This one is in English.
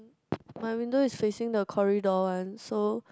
my window is facing the corridor one so